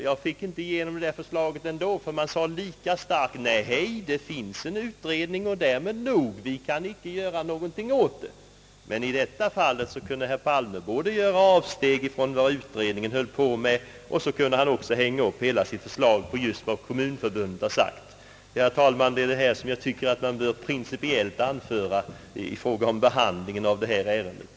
Jag fick ändå inte igenom det förslaget, därför att man sade lika starkt nej, det finns en utredning och därmed nog — vi kan inte göra någonting åt det. Men i detta fall kunde herr Palme både göra avsteg från vad utredningen arbetade med och hänga upp hela sitt förslag på vad Kommunförbundet har sagt. Herr talman! Det är detta jag tyc ker att man principiellt bör anföra i fråga om behandlingen av det här ärendet.